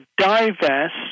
divest